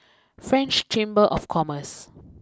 French Chamber of Commerce